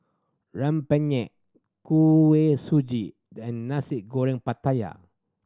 rempeyek Kuih Suji and Nasi Goreng Pattaya